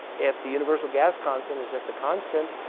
if the universal gas constant is just a constant,